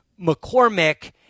McCormick